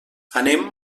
anem